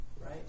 Right